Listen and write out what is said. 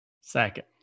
Second